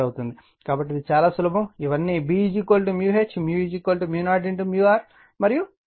కాబట్టి ఇది చాలా సులభం ఇవన్నీ B H 0r మరియు ∅ B A